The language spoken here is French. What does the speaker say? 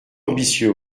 ambitieux